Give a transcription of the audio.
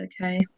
okay